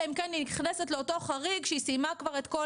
אלא אם כן היא נכנסת לאותו חריג שהיא סיימה כבר את כל